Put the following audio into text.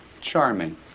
Charming